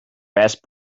best